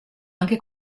anche